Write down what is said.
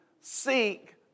seek